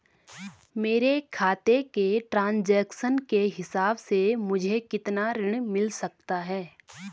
मेरे खाते के ट्रान्ज़ैक्शन के हिसाब से मुझे कितना ऋण मिल सकता है?